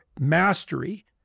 mastery